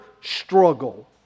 struggle